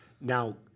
Now